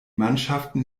mannschaften